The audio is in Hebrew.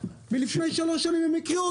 לפני שלוש שנים.